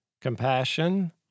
compassion